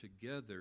together